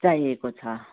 चाहिएको छ